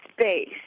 space